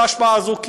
בהשפעה הזאת,